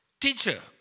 Teacher